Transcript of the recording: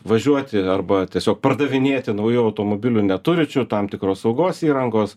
važiuoti arba tiesiog pardavinėti naujų automobilių neturinčių tam tikros saugos įrangos